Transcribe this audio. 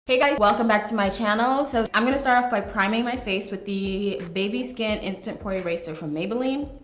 hey, guys! welcome back to my channel. so, i'm gonna start off my priming my face with the baby skin instant pore eraser from maybelline.